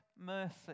mercy